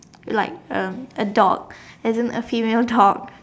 like um a dog as in a female dog